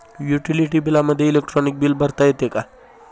Utility बिलामध्ये electronic bill भरता येते का?